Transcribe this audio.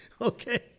Okay